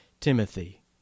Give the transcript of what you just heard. Timothy